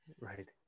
Right